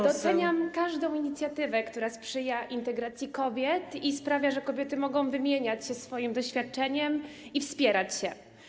Doceniam każdą inicjatywę, która sprzyja integracji kobiet i sprawia, że kobiety mogą wymieniać się swoim doświadczeniem i wspierać się.